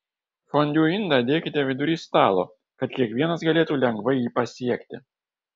fondiu indą dėkite vidury stalo kad kiekvienas galėtų lengvai jį pasiekti